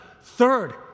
Third